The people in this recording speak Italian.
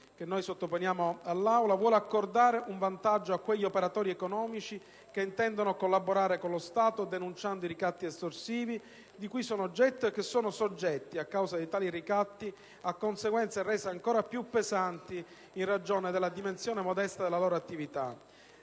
che sottoponiamo all'Assemblea, vuole accordare un vantaggio a quegli operatori economici che intendono collaborare con lo Stato denunciando i ricatti estorsivi di cui sono oggetto e che sono soggetti, a causa di tali ricatti, a conseguenze rese ancora più pesanti in ragione della dimensione modesta della loro attività.